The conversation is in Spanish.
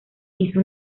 hizo